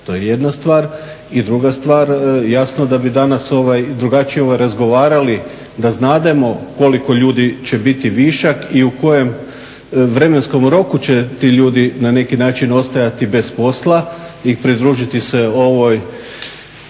to je jedna stvar. I druga stvar, jasno da bi danas ovaj i drugačije razgovarali da znademo koliko ljudi će biti višak i u kojem vremenskom roku će ti ljudi na neki način ostajati bez posla i pridružiti se ovoj,